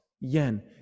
yen